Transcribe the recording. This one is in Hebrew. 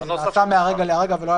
כי זה נעשה מהרגע להרגע,